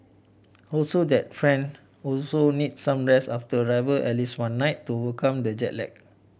also that friend also need some rest after arrival at least one night to overcome the jet lag